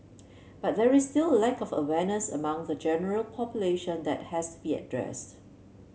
but there is still lack of awareness among the general population that has to be addressed